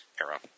era